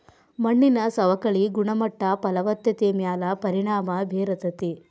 ಮಣ್ಣಿನ ಸವಕಳಿ ಗುಣಮಟ್ಟ ಫಲವತ್ತತೆ ಮ್ಯಾಲ ಪರಿಣಾಮಾ ಬೇರತತಿ